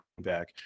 back